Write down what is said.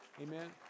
Amen